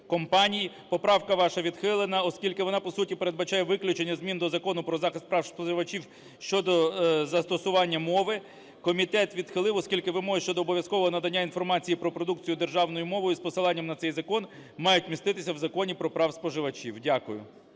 компаній. Поправка ваша відхилена, оскільки вона, по суті, передбачає виключення змін до Закону "Про захист споживачів" щодо застосування мови. Комітет відхилив, оскільки вимоги щодо обов'язкового надання інформації про продукцію державною мовою з посиланням на цей закон мають міститися в Законі про права споживачів. Дякую.